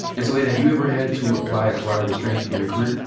and so, ed, have you ever had to apply a carotid restraint in your career?